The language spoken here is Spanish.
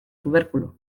tubérculo